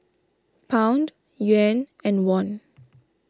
Pound Yuan and Won